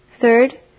Third